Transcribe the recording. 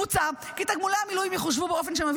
מוצע כי תגמולי המילואים יחושבו באופן שמביא